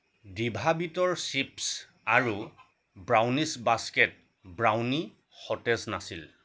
ডিভা বীটৰ চিপ্ছ আৰু brownies basket brownie সতেজ নাছিল